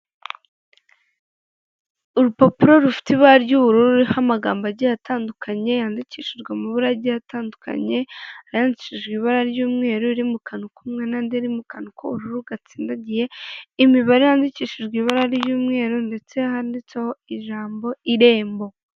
Urupapuro rufite ibara ry'ubururu, ruriho amagambo agiye atandukanye, yandikishijwe amabara agiye atandukanye , ayandikishijwe ibara ry'umweru, ari mu kantu k'umweru n'andi ari mu kantu k'ubururu gatsindagiye, imibare yandikishijwe ibara ry'umweru, ndetse handitseho ijambo irembo.